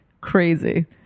Crazy